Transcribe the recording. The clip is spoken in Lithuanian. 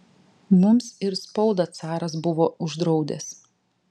mums ir spaudą caras buvo uždraudęs